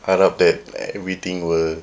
harap that everything will